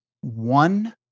one